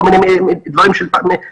כל מיני דברים של תחבורה,